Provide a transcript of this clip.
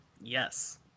Yes